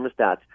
thermostats